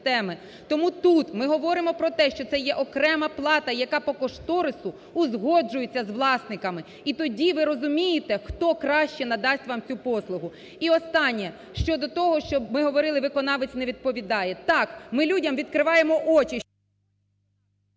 Тому тут ми говоримо про те, що це є окрема плата, яка по кошторису узгоджується з власниками і тоді ви розумієте, хто краще надасть вам цю послугу. І останнє щодо того, що ми говорили, виконавець не відповідає. Так, ми людям відкриваємо очі…